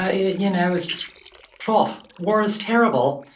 ah is you know is just false. war is terrible,